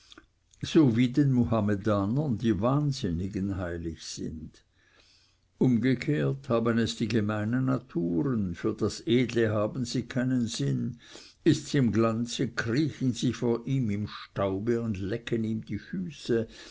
so wie den muhammedanern die wahnsinnigen heilig sind umgekehrt haben es die gemeinen naturen für das edle haben sie keinen sinn ists im glanze kriechen sie vor ihm im staube und lecken ihm die füße